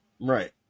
Right